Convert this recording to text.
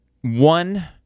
one